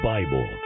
Bible